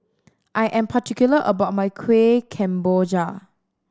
I am particular about my Kueh Kemboja